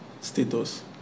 status